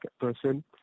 person